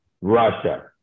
Russia